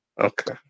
Okay